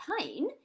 pain